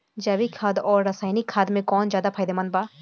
जैविक खाद आउर रसायनिक खाद मे कौन ज्यादा फायदेमंद बा?